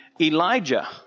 Elijah